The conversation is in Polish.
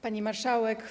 Pani Marszałek!